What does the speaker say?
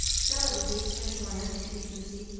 stella reduced her corner to decency,